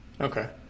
Okay